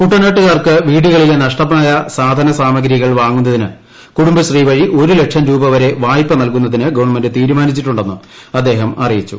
കുട്ടനാട്ടുകാർക്ക് വീടുകളിലെ നഷ്ടമായ സാധന സാമഗ്രികൾ വാങ്ങുന്നതിന് കുടുംബശ്രീ വഴി ഒരു ലക്ഷം രൂപ വരെ വായ്പ നൽകുന്നതിന് ഗവൺമെന്റ് തീരുമാനിച്ചിട്ടുണ്ടെന്ന് അദ്ദേഹം അറിയിച്ചു